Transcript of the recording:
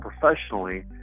professionally